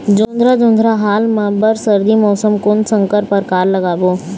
जोंधरा जोन्धरा हाल मा बर सर्दी मौसम कोन संकर परकार लगाबो?